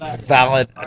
valid